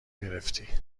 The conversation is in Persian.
گرفتی